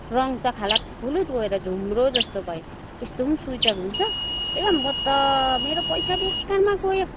रङ त खालात् खुलुत् गएर झुम्रोजस्तो भयो यस्तो पनि स्वेटर हुन्छ म त मेरो पैसा बेकारमा गयो